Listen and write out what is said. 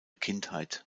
kindheit